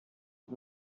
und